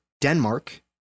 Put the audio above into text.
Denmark